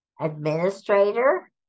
administrator